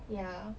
ya